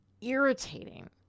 irritating